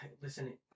listen